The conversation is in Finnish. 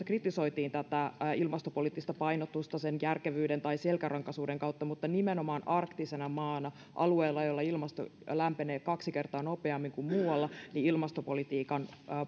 kritisoitiin tätä ilmastopoliittista painotusta sen järkevyyden tai selkärankaisuuden kautta mutta nimenomaan arktisena maana alueella jolla ilmasto lämpenee kaksi kertaa nopeammin kuin muualla ilmastopolitiikan